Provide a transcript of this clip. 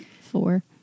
Four